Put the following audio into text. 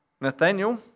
Nathaniel